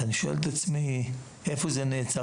אני שואל את עצמי איפה זה נעצר?